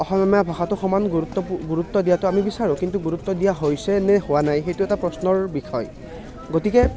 অসমীয়া ভাষাটো সমান গুৰুত্বপূ গুৰুত্ৱ দিয়াটো আমি বিচাৰোঁ কিন্তু গুৰুত্ব দিয়া হৈছে নে হোৱা নাই সেইটো এটা প্ৰশ্নৰ বিষয় গতিকে